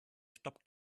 stopp